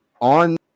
on